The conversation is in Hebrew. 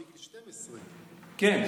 מגיל 12. כן,